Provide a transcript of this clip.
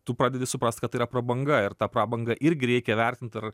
tu pradedi suprast kad tai yra prabanga ir tą prabangą irgi reikia vertint ar